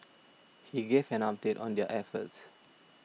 he gave an update on their efforts